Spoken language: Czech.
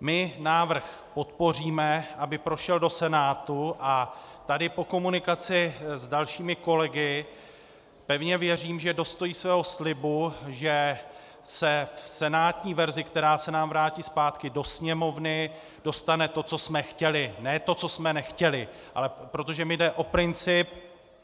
My návrh podpoříme, aby prošel do Senátu, a tady po komunikaci s dalšími kolegy pevně věřím, že dostojí svého slibu, že se v senátní verzi, která se nám vrátí zpátky do Sněmovny, dostane to, co jsme chtěli, ne to, co jsme nechtěli, ale protože mi jde o princip,